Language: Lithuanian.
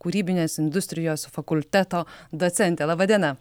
kūrybinės industrijos fakulteto docentė laba diena